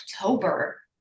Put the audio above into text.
October